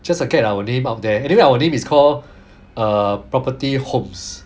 just to get our name up there anyway the name is call uh property holmes